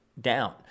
down